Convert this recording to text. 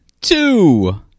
two